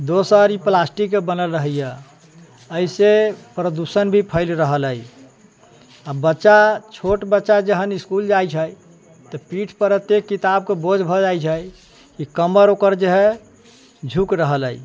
दोसर ई प्लास्टिकके बनल रहैए एहिसँ प्रदूषण भी फैल रहल अइ आ बच्चा छोट बच्चा जखन इस्कुल जाइ छै तऽ पीठपर एतेक किताबके बोझ भऽ जाइ छै कि कमर ओकर जे हइ झुकि रहल अइ